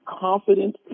confident